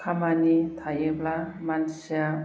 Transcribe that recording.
खामानि थायोब्ला मानसिया